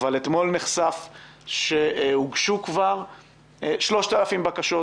שהוגשו כבר 3,000 בקשות,